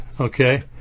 okay